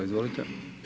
Izvolite.